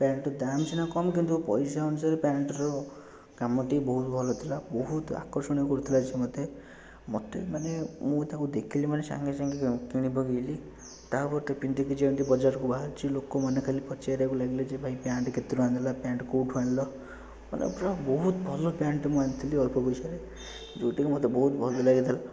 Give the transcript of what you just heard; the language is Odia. ପ୍ୟାଣ୍ଟ୍ର ଦାମ୍ ସିନା କମ୍ କିନ୍ତୁ ପଇସା ଅନୁସାରେ ପ୍ୟାଣ୍ଟ୍ର କାମଟି ବହୁତ ଭଲ ଥିଲା ବହୁତ ଆକର୍ଷଣୀୟ କରୁଥିଲା ସିଏ ମୋତେ ମୋତେ ମାନେ ମୁଁ ତାକୁ ଦେଖିଲି ମାନେ ସାଙ୍ଗେ ସାଙ୍ଗେ କିଣି ପକେଇଲି ତା'ପରେ ତ ଯେମିତି ପିନ୍ଧିକି ବାଜାରକୁ ବାହାରିଛି ଲୋକମାନେ ଖାଲି ପାଚାରିବାକୁ ଲାଗିଲେ ଯେ ଭାଇ ପ୍ୟାଣ୍ଟ୍ କେତେ ଟଙ୍କା ନେଲା ପ୍ୟାଣ୍ଟ୍ କେଉଁଠୁ ଆଣିଲ ମାନେ ବହୁତ ଭଲ ପ୍ୟାଣ୍ଟ୍ଟେ ମୁଁ ଆଣିଥିଲି ଅଳ୍ପ ପଇସାରେ ଯେଉଁଟାକି ମୋତେ ବହୁତ ଭଲ ଲାଗିଥିଲା